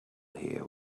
here